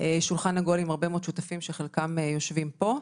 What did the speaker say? שולחן עגול עם הרבה מאוד שותפים שחלקם יושבים פה.